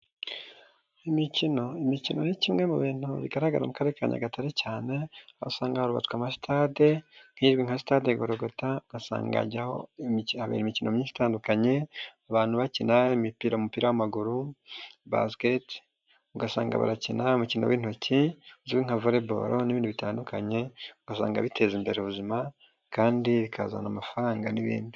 Imikino imikino ni kimwe mu bintu bigaragara mu karere ka nyagatare cyane wasanga harubatswe amasitade nk'izwi nka stade gorigota ugasanga hajyaho imikino myinshi itandukanye abantu bakina imipira umupira w'amaguru basiketi ugasanga barakina umukino w'intoki uzwi nka voreboro n'ibindi bitandukanye ugasanga biteza imbere ubuzima kandi bikazana amafaranga n'ibindi.